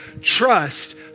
Trust